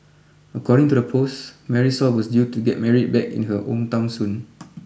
according to the post Marisol was due to get married back in her hometown soon